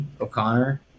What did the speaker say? O'Connor